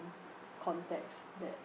contexts that